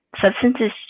substances